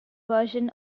version